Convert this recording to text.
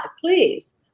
please